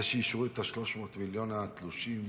זה שאישרו את 300 מיליון תלושי המזון,